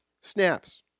snaps